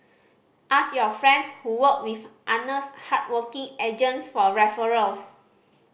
ask your friends who worked with honest hardworking agents for referrals